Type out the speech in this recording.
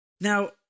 Now